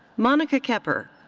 monica koepper.